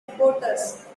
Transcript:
reporters